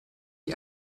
die